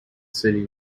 city